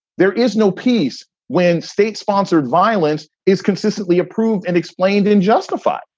there is no peace when state sponsored violence is consistently approved and explained and justified.